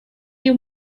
you